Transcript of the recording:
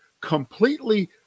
completely